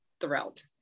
thrilled